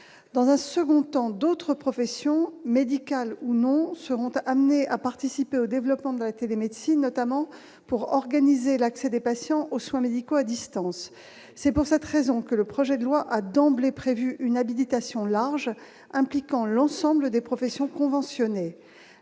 dans un second temps, d'autres professions médicales ou non seront a amené à participer au développement de la télémédecine, notamment pour organiser l'accès des patients aux soins médicaux à distance, c'est pour cette raison que le projet de loi a d'emblée prévu une habilitation large impliquant l'ensemble des professions conventionnés,